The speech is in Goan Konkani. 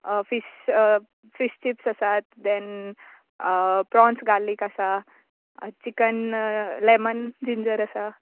फीश फीश चिप्स आसात दॅन प्रॉन्स गार्लीक आसा चिकन लॅमन जिंजर आसा